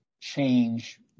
change